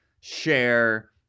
share